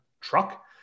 truck